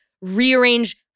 rearrange